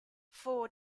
four